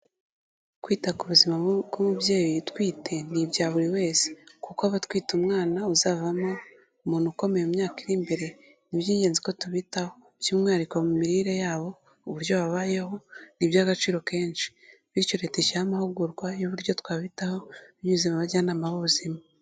Kwita ku buzima bw'umubyeyi utwite ni ibya buri wese, kuko aba atwite umwana uzavamo umuntu ukomeye mu myaka iri imbere, ni iby'ingenzi ko tubitaho by'umwihariko mu mirire yabo, uburyo babayeho ni iby'agaciro kenshi, bityo Leta ishyiraho amahugurwa y'uburyo twabitaho binyuze mu bajyanama b'ubuzima.